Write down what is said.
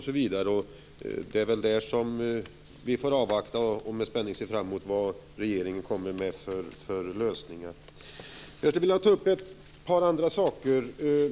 På den punkten får vi avvakta och med spänning se fram emot vad regeringen kommer med för lösning. Jag vill också ta upp ett par andra saker.